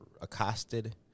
accosted